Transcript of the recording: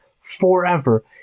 forever